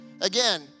Again